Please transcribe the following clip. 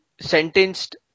sentenced